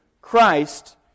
Christ